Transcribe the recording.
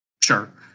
Sure